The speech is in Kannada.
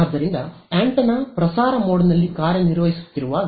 ಆದ್ದರಿಂದ ಆಂಟೆನಾ ಪ್ರಸಾರ ಮೋಡ್ನಲ್ಲಿ ಕಾರ್ಯನಿರ್ವಹಿಸುತ್ತಿರುವಾಗ